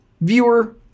Viewer